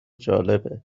جالبه